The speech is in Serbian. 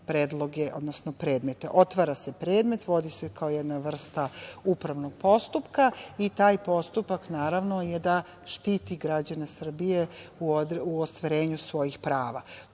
predmete. Otvara se predmet, vodi se kao jedna vrsta upravnog postupak i taj postupak je da štiti građane Srbije u ostvarenju svojih prava. Tako